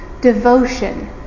devotion